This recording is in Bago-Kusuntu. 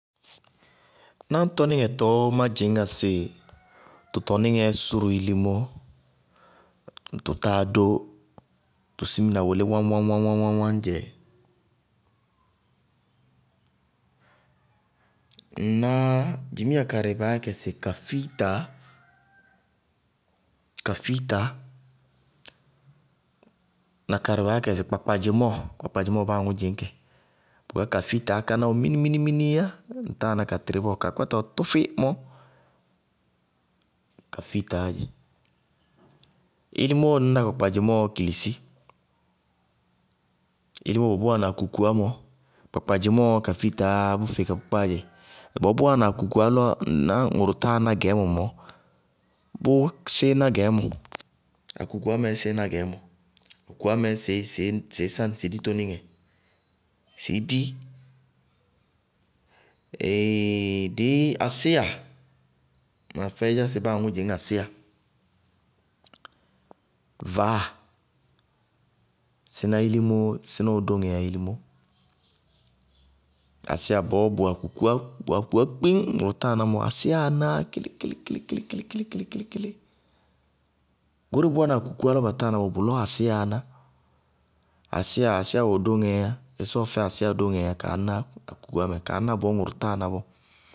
Náñtɔníŋɛ tɔɔ má dzɩñŋá sɩ tʋ tɔníŋɛ sʋrʋ ilimó, tʋ táa dó, tʋ simina wʋlí wáñ-wáñ-wáñ dzɛ, ŋná dzimiya karɩ baá yá kɛ sɩ kafiitaá, kafiitaá, na karɩ baá yá kɛ sɩ kpakpadzɩmɔɔ, kpakpadzɩmɔɔ káná báa aŋʋ dzɩñ kɛ, kafiitaá káná wɛɛ minimini yá ŋtáa ná ka tɩrí bɔɔ, ka kpáta wɛ tʋfʋí mɔ, kafiitaá dzɛ. Ilimóó ŋñná kpakpadzɩmɔɔɔ kilisi. Ilimó bɔɔ bʋ wáana akukuwá mɔ, kpakpadzɩmɔɔ kafiitaáá bʋfeé karɩ kpákpá kéé dzɛ. Bɔɔ bʋ wáana akukuwá lɔ ŋʋrʋ táa ná gɛɛmɔ mɔɔ bʋʋ síí ná gɛɛmɔ, akukuwá mɛɛ sɩɩ ná gɛɛmɔ, akukuwá mɛɛ sɩɩ sáŋ sɩ ditonɩŋɛ. sɩɩ di eee dɩí asíya, ma dɛ ɩdzá sɩ báa aŋʋ dzɩñ asíya, vaáa, síná ilimóó, síná wɛ dóŋɛɛ yá ilimó. Asíya bɔɔ bʋwɛ kukuwá bʋwɛ akuwá kpim ŋʋrʋ táa ná mɔ ásiyáá nááyá kílí-kílí-kílí, goóreé bʋ wáana akukuwá lɔ ba táa ná bɔɔ, bʋlɔɔ ásiyáá ná. Asíya asíya wɛ dóŋɛɛ yá, ɩsɔɔ fɛyá asíya dóŋɛ kaá ná akukuwá mɛ, kaá ná bɔɔ ŋʋrʋ táa ná bɔɔ.